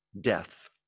death